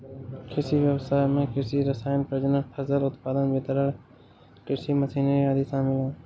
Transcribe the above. कृषि व्ययसाय में कृषि रसायन, प्रजनन, फसल उत्पादन, वितरण, कृषि मशीनरी आदि शामिल है